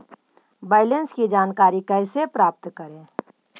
Balance की जानकारी कैसे प्राप्त करे?